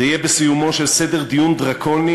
זה יהיה בסיומו של סדר-דיון דרקוני,